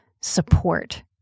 support